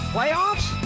Playoffs